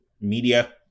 media